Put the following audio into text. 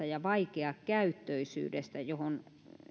ja vaikeakäyttöisyyden johon